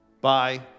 bye